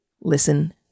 listen